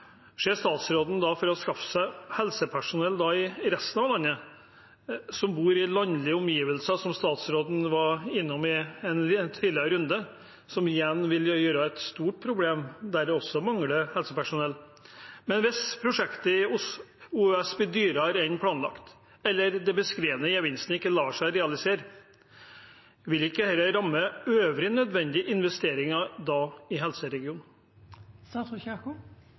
Ser statsråden da for seg å skaffe helsepersonell fra resten av landet – som bor i landlige omgivelser, som statsråden var innom i en tidligere runde – noe som igjen vil gi et stort problem der det også mangler helsepersonell? Og hvis prosjektet i OUS blir dyrere enn planlagt, eller den beskrevne gevinsten ikke lar seg realisere, vil ikke det da ramme øvrige, nødvendige investeringer i